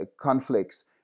conflicts